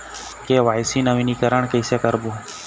KYC नवीनीकरण कैसे करबो?